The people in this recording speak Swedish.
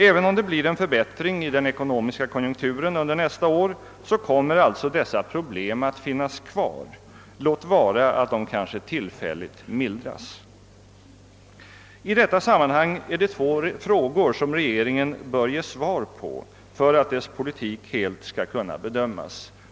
även om det blir en förbättring i den ekonomiska konjunkturen under nästa år kommer «alltså dessa problem att finnas kvar, låt vara att de kanske tillfälligt mildras. I detta sammanhang är det två frågor som regeringen bör ge svar på för att dess politik helt skall kunna bedömas.